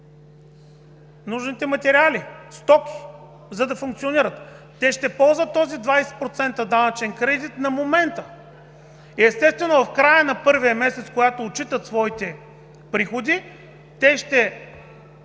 нужните материали, стоки, за да функционират. Те ще ползват 20% данъчен кредит на момента и, естествено, в края на първия месец, когато отчитат своите приходи, те ще